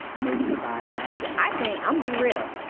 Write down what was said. made me cry and that shit. i think i'll be real.